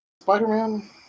Spider-Man